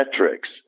metrics